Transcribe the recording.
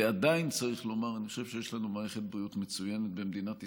ועדיין צריך לומר: אני חושב שיש לנו מערכת בריאות מצוינת במדינת ישראל.